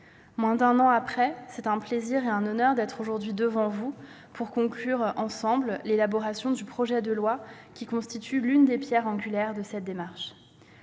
Moins d'un an après, c'est un plaisir et un honneur d'être aujourd'hui devant vous pour conclure ensemble l'élaboration du projet de loi constituant l'une des pierres angulaires de cette démarche.